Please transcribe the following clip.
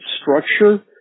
structure